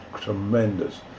tremendous